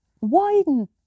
widen